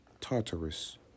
Tartarus